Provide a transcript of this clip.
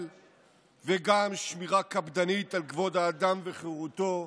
וגם שמירה קפדנית על כבוד האדם וחירותו,